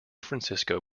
francisco